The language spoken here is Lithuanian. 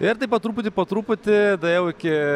ir taip po truputį po truputį daėjau iki